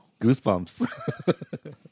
Goosebumps